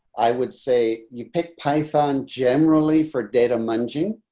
i would say you pick python generally for data munging.